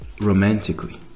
romantically